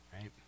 right